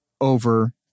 over